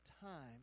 time